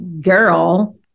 girl